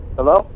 Hello